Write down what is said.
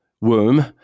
womb